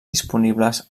disponibles